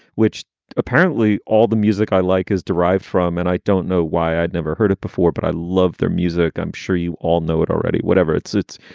which apparently all the music i like is derived from. and i don't know why i'd never heard it before, but i love their music. i'm sure you all know it already. whatever it suits,